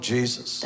Jesus